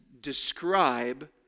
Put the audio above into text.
describe